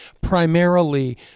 primarily